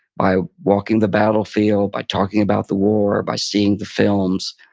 by walking the battlefield, by talking about the war, by seeing the films,